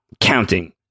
counting